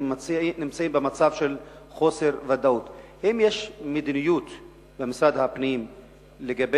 הם נמצאים במצב של חוסר ודאות אם יש מדיניות במשרד הפנים לגבי